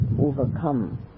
overcome